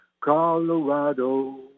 Colorado